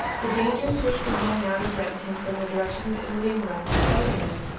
the dangers which began now to threaten him from the direction of italy and rome were so imminent,